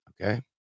okay